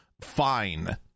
fine